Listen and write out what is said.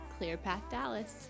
ClearPathDallas